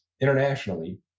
internationally